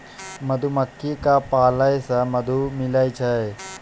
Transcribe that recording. मधुमक्खी क पालै से मधु मिलै छै